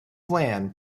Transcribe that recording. plan